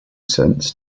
sense